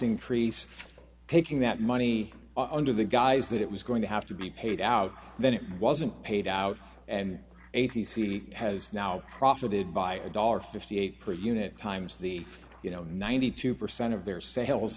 increase taking that money under the guise that it was going to have to be paid out then it wasn't paid out and a t c has now profited by a one dollar fifty eight cents per unit times the you know ninety two percent of their sales